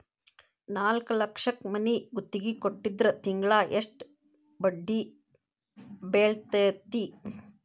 ನಾಲ್ಕ್ ಲಕ್ಷಕ್ ಮನಿ ಗುತ್ತಿಗಿ ಕೊಟ್ಟಿದ್ರ ತಿಂಗ್ಳಾ ಯೆಸ್ಟ್ ಬಡ್ದಿ ಬೇಳ್ತೆತಿ?